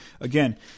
Again